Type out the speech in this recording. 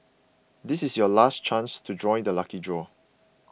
this is your last chance to join the lucky draw